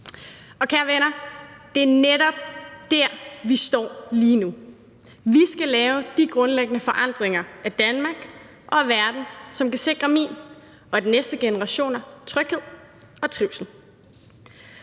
Og kære venner, det er netop dér, vi står lige nu. Vi skal lave de grundlæggende forandringer af Danmark og af verden, som kan sikre min generation og de næste generationer tryghed og trivsel.